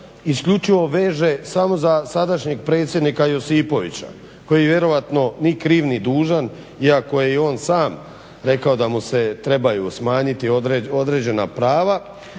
isključivo veže samo za sadašnjeg predsjednika Josipovića koji vjerojatno ni kriv ni dužan, iako je i on sam rekao da mu se trebaju smanjiti određena prava,